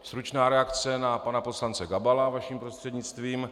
Stručná reakce na pana poslance Gabala, vaším prostřednictvím.